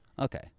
Okay